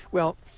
well,